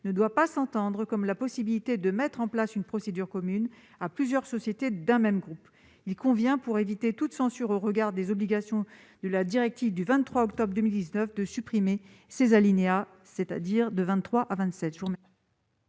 ne doit pas s'entendre comme la possibilité de mettre en place une procédure commune à plusieurs sociétés d'un même groupe. Il convient donc, pour éviter toute censure au regard des obligations de la directive du 23 octobre 2019, de supprimer les alinéas 23 à 27